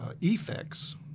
Effects